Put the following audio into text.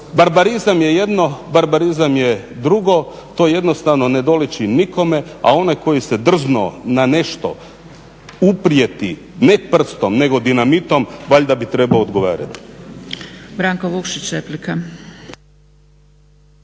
Barbarizam je jedno, barbarizam je drugo, to jednostavno ne doliči nikome. A onaj koji se drznuo na nešto uprijeti ne prstom nego dinamitom valjda bi trebao odgovarati.